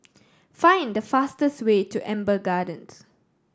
find the fastest way to Amber Gardens